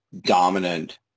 dominant